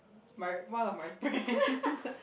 my one of my friend